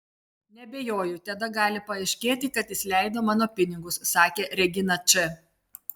neabejoju tada gali paaiškėti kad jis leido mano pinigus sakė regina č